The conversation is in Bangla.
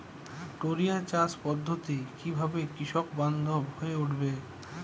টোরিয়া চাষ পদ্ধতি কিভাবে কৃষকবান্ধব হয়ে উঠেছে?